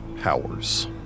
powers